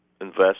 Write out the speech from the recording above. invest